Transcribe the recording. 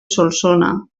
solsona